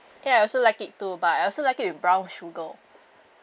ya I also like it too but I also like it with brown sugar